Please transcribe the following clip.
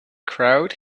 crowd